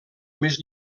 més